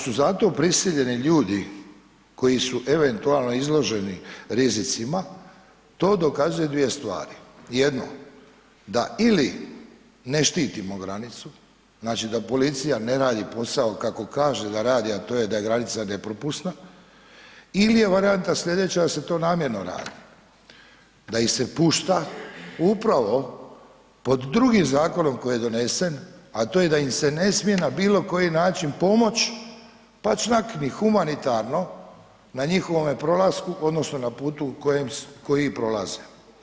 Ako su zato prisiljeni ljudi koji su eventualno izloženi rizicima, to dokazuje dvije stvari, jedno da ili ne štitimo granicu, znači da policija ne radi posao kako kaže da radi a to je da je granica nepropusna ili je varijanta sljedeća da se to namjerno radi, da ih se pušta upravo pod drugim zakonom koji je donesen a to je da im se ne smije na bilo koji način pomoći pa čak ni humanitarno na njihovome prolasku odnosno na putu kojim prolaze.